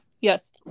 Yes